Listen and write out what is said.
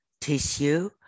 tissue